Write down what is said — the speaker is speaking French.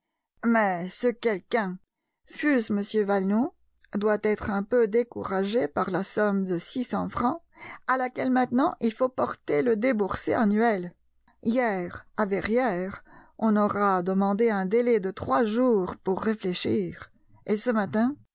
mais ce quelqu'un fût-ce m valenod doit être un peu découragé par la somme de six cents francs à laquelle maintenant il faut porter le déboursé annuel hier à verrières on aura demandé un délai de trois jours pour réfléchir et ce matin